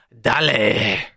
Dale